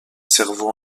cerveau